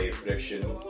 Prediction